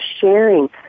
sharing